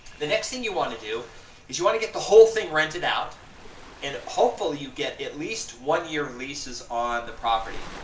the next thing you want to do is you want to get the whole thing rented out and hopefully you get at least one year leases on the property.